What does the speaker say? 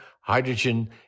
Hydrogen